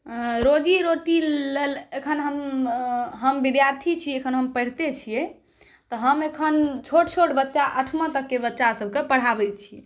रोजीरोटी लेल एखन हम हम विद्यार्थी छी एखन हम पढ़िते छिए तऽ हम एखन छोट छोट बच्चा अठमा तकके बच्चासबके पढ़ाबै छी